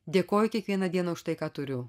dėkoju kiekvieną dieną už tai ką turiu